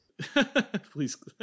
Please